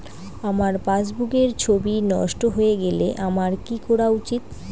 আমার পাসবুকের ছবি নষ্ট হয়ে গেলে আমার কী করা উচিৎ?